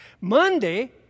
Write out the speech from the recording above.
Monday